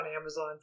Amazon